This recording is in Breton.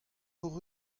hocʼh